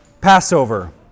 Passover